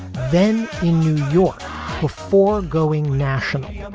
then in new york before going nationally. um